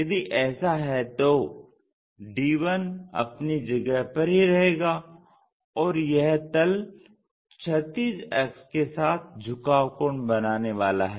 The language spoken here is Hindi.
यदि ऐसा है तो d1 अपनी जगह पर ही रहेगा और यह तल क्षैतिज अक्ष के साथ झुकाव कोण बनाने वाला है